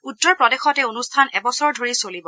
উত্তৰ প্ৰদেশত এই অনুষ্ঠান এবছৰ ধৰি চলিব